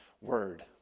word